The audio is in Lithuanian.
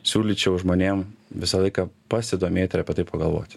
siūlyčiau žmonėm visą laiką pasidomėt ir apie tai pagalvoti